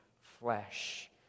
flesh